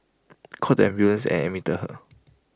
called the ambulance and admit her